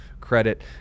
credit